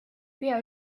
pea